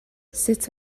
sut